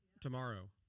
tomorrow